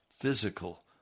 physical